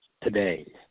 today